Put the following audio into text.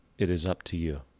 it is up to you.